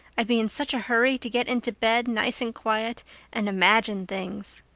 i'd be in such a hurry to get into bed nice and quiet and imagine things.